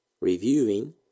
reviewing